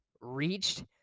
reached